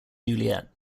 juliet